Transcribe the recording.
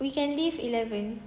we can leave eleven